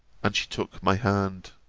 and took my hand.